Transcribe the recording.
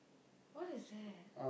what is that